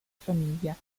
famiglia